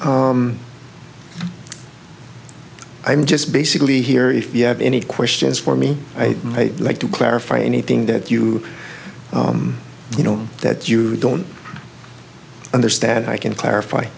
i'm just basically here if you have any questions for me i'd like to clarify anything that you you know that you don't understand i can clarify